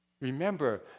Remember